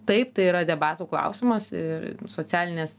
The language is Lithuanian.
taip tai yra debatų klausimas ir socialines